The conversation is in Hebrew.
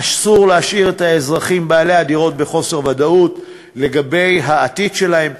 אסור להשאיר את האזרחים בעלי הדירות בחוסר ודאות לגבי העתיד שלהם.